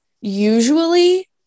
usually